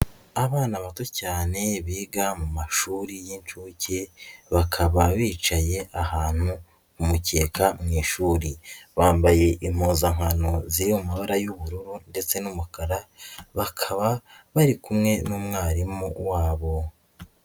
Abana bato cyane biga mu mashuri y'inshuke bakaba bicanye ahantu ku mukeka mu ishuri, bambaye impuzankano ziri mu mabara y'ubururu ndetse n'umukara bakaba bari kumwe n'umwarimu wabo.